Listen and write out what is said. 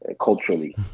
culturally